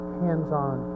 hands-on